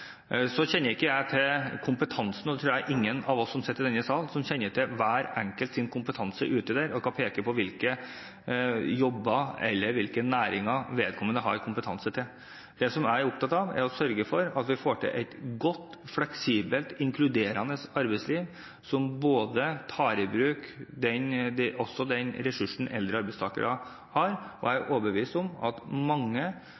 Så kjenner ikke jeg til – og jeg tror ingen av oss som sitter i denne sal kjenner til – kompetansen – til hver enkelt der ute og kan peke på hvilke jobber eller hvilke næringer vedkommende har kompetanse til. Det som jeg er opptatt av, er å sørge for at vi får til et godt, fleksibelt og inkluderende arbeidsliv, som tar i bruk også den ressursen eldre arbeidstakere har. Jeg er overbevist om at mange